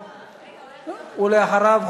ואחריו,